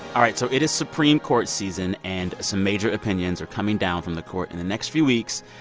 all right, so it is supreme court season, and some major opinions are coming down from the court in the next few weeks.